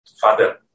Father